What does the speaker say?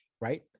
right